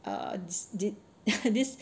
err thi~ this